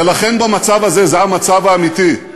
ולכן במצב הזה, זה המצב האמיתי.